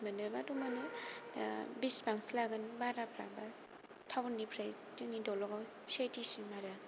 मोनोबा थ' मोनो दा बेसेबांसो लागोन भारा बा टाउननिफ्राय जोंनि दलगाव सिआइटिसिम आरो